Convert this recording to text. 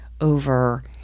over